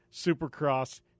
Supercross